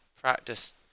practice